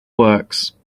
works